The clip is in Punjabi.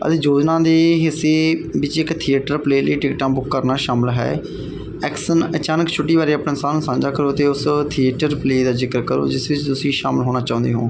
ਅਸੀਂ ਯੋਜਨਾ ਦੇ ਹਿੱਸੇ ਵਿੱਚ ਇੱਕ ਥੀਏਟਰ ਪਲੇਅ ਲਈ ਟਿਕਟਾਂ ਬੁੱਕ ਕਰਨਾ ਸ਼ਾਮਿਲ ਹੈ ਐਕਸ਼ਨ ਅਚਾਨਕ ਛੁੱਟੀ ਬਾਰੇ ਆਪਣਾ ਸਾਂਝਾ ਕਰੋ ਤੇ ਉਸ ਥੀਏਟਰ ਪਲੇਅ ਦਾ ਜ਼ਿਕਰ ਕਰੋ ਜਿਸ ਵਿੱਚ ਤੁਸੀਂ ਸ਼ਾਮਿਲ ਹੋਣਾ ਚਾਹੁੰਦੇ ਹੋ